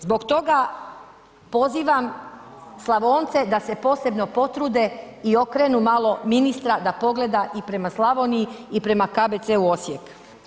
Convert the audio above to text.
Zbog toga pozivam Slavonce da se posebno potrude i okrenu malo ministra da pogleda i prema Slavoniji i prema KBV Osijek.